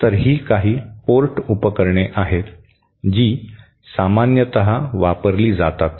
तर ही काही पोर्ट उपकरणे आहेत जी सामान्यत वापरली जातात